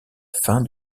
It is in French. fin